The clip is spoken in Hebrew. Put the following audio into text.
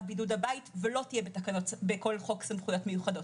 בידוד ולא תהיה בכל חוק סמכויות מיוחדות.